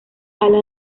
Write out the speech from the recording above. alas